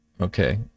Okay